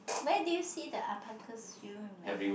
where did you see the alpacas do you remember